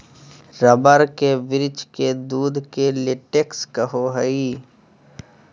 rubber के वृक्ष के दूध के लेटेक्स कहो हइ